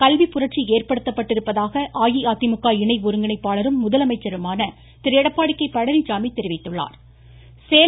கல்விப்புரட்சி ஏற்படுத்தப்பட்டிருப்பதாக அஇஅதிமுக இணை ஒருங்கிணைப்பாளரும் முதலமைச்சருமான திரு எடப்பாடி கே பழனிச்சாமி தெரிவித்துள்ளா்